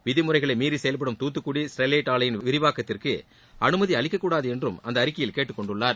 விதிமுறைகளை மீறி செயல்படும் துத்துக்குடி ஸ்டெர்வைட் ஆலையின் விரிவாக்கத்திக்கு அனுமதி அளிக்கக் கூடாது என்றும் அந்த அறிக்கையில் கேட்டுக்கொண்டுள்ளார்